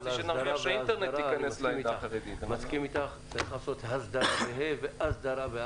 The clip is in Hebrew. אני מסכים איתך שצריך לעשות הסדרה ואסדרה.